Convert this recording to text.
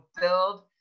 build